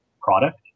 product